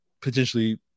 potentially